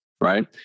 right